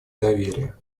доверия